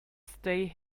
stay